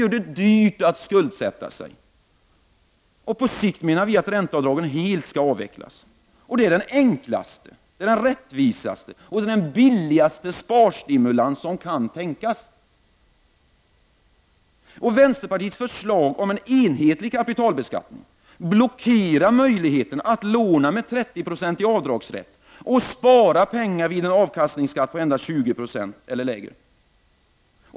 gör det dyrt att skuldsätta sig. På sikt menar vi att ränteavdragen helt skall avvecklas. Det är den enklaste, rättvisaste och billigaste sparstimulans som kan tänkas. Vänsterpartiets förslag om en enhetlig kapitalbeskattning blockerar dessutom möjligheten att låna med 30-procentig avdragsrätt, och spara pengar vid en avkastningsskatt på endast 15 96 eller lägre.